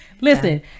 Listen